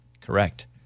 Correct